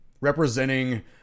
representing